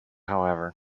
however